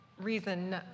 reason